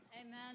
Amen